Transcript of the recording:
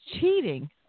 cheating